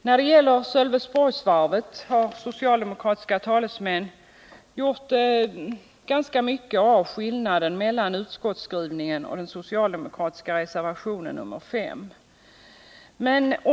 När det gäller Sölvesborgsvarvet har socialdemokratiska talesmän gjort ganska mycket av skillnaden mellan utskottsskrivningen och den socialdemokratiska reservationen nr 5.